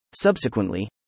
Subsequently